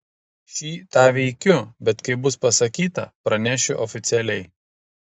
šį tą veikiu bet kai bus pasakyta pranešiu oficialiai